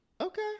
okay